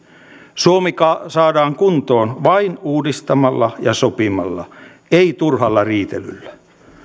suomi saadaan kuntoon vain uudistamalla ja sopimalla ei turhalla riitelyllä